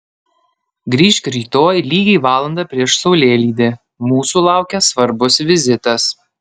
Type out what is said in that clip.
grįžk rytoj lygiai valandą prieš saulėlydį mūsų laukia svarbus vizitas